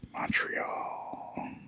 Montreal